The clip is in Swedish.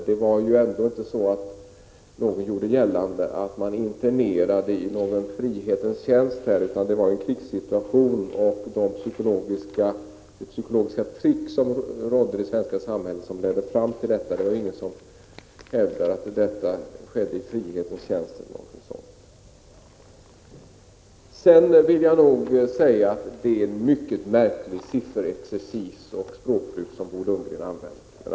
Det var ju ändå ingen som gjorde gällande att man internerade så att säga i frihetens tjänst. Det rådde en krigssituation, och det var det psykologiska trycket i det svenska samhället som ledde till att man tillgrep dessa interneringar. Sedan vill jag säga att den sifferexercis och det språkbruk som Bo Lundgren använde var av mycket märklig karaktär.